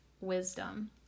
wisdom